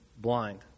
blind